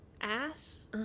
ass